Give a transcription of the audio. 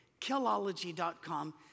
Killology.com